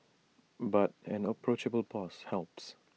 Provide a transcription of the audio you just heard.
but an approachable boss helps